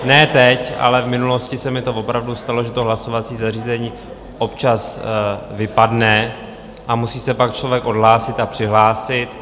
Ne teď, ale v minulosti se mi to opravdu stalo, že to hlasovací zařízení občas vypadne a musí se pak člověk odhlásit a přihlásit.